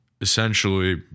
essentially